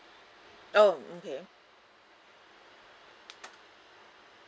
oh okay